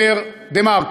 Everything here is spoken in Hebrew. אומר "דה-מרקר".